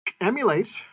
emulate